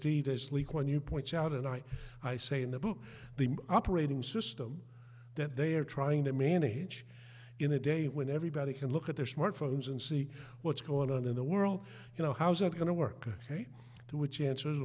when you points out and i i say in the book the operating system that they are trying to manage in a day when everybody can look at their smartphones and see what's going on in the world you know how's it going to work ok which answers